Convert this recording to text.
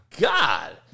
God